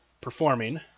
performing